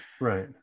Right